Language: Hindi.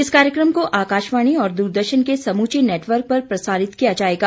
इस कार्यक्रम को आकाशवाणी और द्रदर्शन के समूचे नेटवर्क पर प्रसारित किया जाएगा